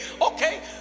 Okay